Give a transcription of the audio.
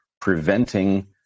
preventing